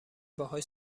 باهاش